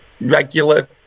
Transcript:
regular